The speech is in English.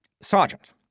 Sergeant